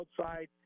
outside